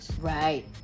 right